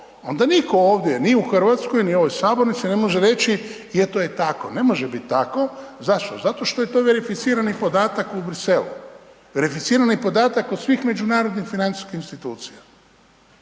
Onda nitko ovdje ni u Hrvatskoj ni u ovoj sabornici ne može reći, je to je tako. Ne može biti tako. Zašto? Zato što je to verificirani podatak u Bruxellesu. Reificirani podatak od svih međunarodnih financijskih institucija.